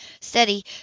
Steady